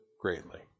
greatly